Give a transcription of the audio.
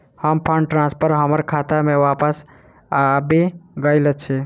हमर fund transfer हमर खाता मे बापस आबि गइल अछि